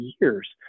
years